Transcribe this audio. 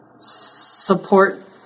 support